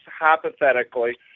hypothetically